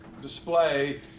display